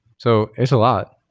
so, it's a lot,